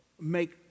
make